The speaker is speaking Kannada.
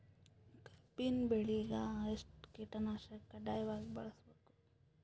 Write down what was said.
ಕಬ್ಬಿನ್ ಬೆಳಿಗ ಎಷ್ಟ ಕೀಟನಾಶಕ ಕಡ್ಡಾಯವಾಗಿ ಬಳಸಬೇಕು?